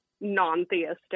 non-theistic